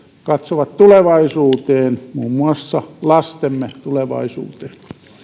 katsovat tulevaisuuteen muun muassa lastemme tulevaisuuteen